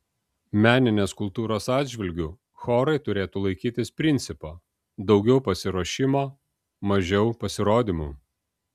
meninės kultūros atžvilgiu chorai turėtų laikytis principo daugiau pasiruošimo mažiau pasirodymų